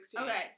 Okay